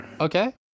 okay